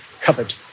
covered